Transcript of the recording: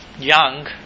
young